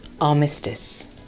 Armistice